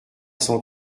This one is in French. cent